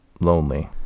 Lonely